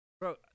Bro